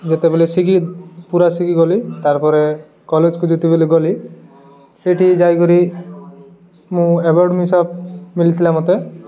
ଯେତେବେଳେ ଶିଖି ପୁରା ଶିଖି ଗଲି ତାର୍ ପରେ କଲେଜକୁ ଯେତେବେଳେ ଗଲି ସେଠି ଯାଇକରି ମୁଁ ଆୱାର୍ଡ଼ ମିଳିଥିଲା ମୋତେ